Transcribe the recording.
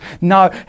No